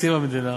בתקציב המדינה